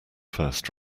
first